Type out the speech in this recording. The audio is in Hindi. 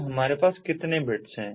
तो हमारे पास कितने बिट्स हैं